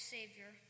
Savior